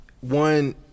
One